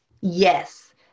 yes